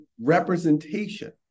representation